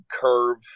curve